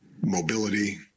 mobility